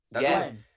Yes